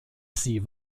sie